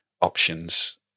options